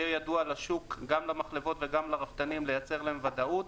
יהיה ידוע לשוק וגם כדי לייצר ודאות לרפתנים ולמחלבות.